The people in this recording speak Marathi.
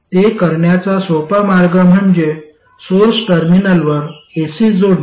ते करण्याचा सोपा मार्ग म्हणजे सोर्स टर्मिनलवर एसी जोडणे